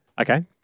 Okay